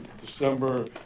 December